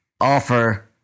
offer